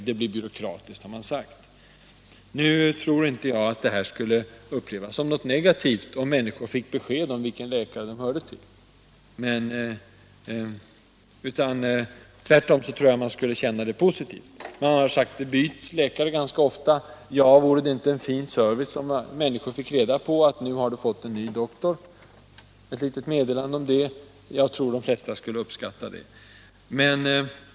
Det blir byråkratiskt, har man sagt. Nu tror inte jag att det skulle upplevas som någonting negativt att människor fick besked om vilken läkare de hör till. Tvärtom tror jag att man skulle känna det positivt. Man har sagt att det byts läkare ganska ofta. Ja, vore det inte en fin service om människor fick ett litet meddelande om att de hade fått en ny doktor? Jag tror att de flesta skulle uppskatta det.